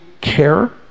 care